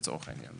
לצורך העניין,